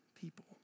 people